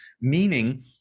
Meaning